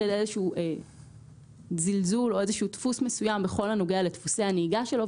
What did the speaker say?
על איזשהו זלזול או איזשהו דפוס מסוים בכל הנוגע לדפוסי הנהיגה שלו.